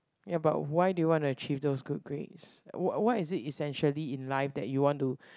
ya but why do you want to achieve those good grades what what is it essentially in life that you want to